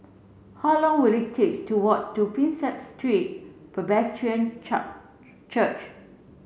how long will it takes to walk to Prinsep Street Presbyterian Church